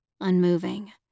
unmoving